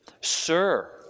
sir